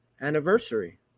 Anniversary